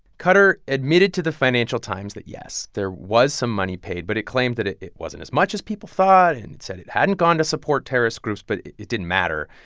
qatar admitted to the financial times that, yes, there was some money paid. but it claimed that it it wasn't as much as people thought, and it said it hadn't gone to support terrorist groups. but it it didn't matter.